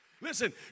Listen